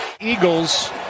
Eagles